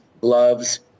gloves